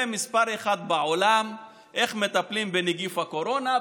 מספר אחת בעולם לאיך מטפלים בנגיף הקורונה,